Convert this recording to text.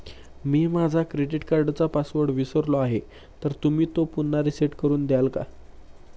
मी माझा क्रेडिट कार्डचा पासवर्ड विसरलो आहे तर तुम्ही तो पुन्हा रीसेट करून द्याल का?